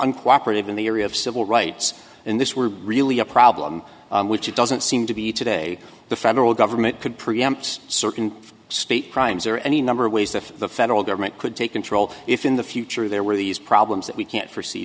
uncooperative in the area of civil rights in this were really a problem which it doesn't seem to be today the federal government could pre amps certain state crimes or any number of ways that the federal government could take control if in the future there were these problems that we can't forsee